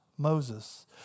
Moses